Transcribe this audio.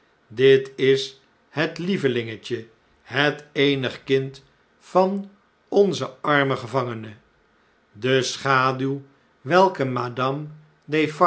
dit is het lievelingetje het eenige kind vanonzen armen gevangene de schaduw welke madame